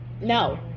no